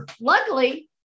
luckily